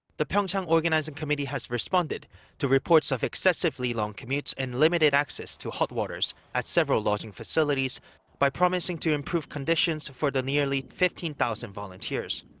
the pyeongchang organizing committee has responded to reports of excessively long commutes and limited access to hot water at several lodging facilities by promising to improve conditions for the nearly fifteen thousand volunteers.